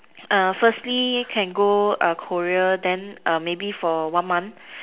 uh firstly can go uh Korea then uh maybe for one month